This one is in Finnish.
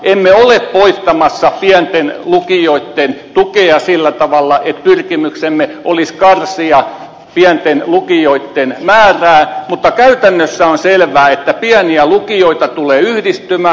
emme ole poistamassa pienten lukioitten tukea sillä tavalla että pyrkimyksemme olisi karsia pienten lukioitten määrää mutta käytännössä on selvää että pieniä lukioita tulee yhdistymään